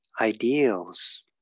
ideals